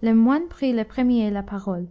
le moine prit le premier la parole